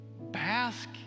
bask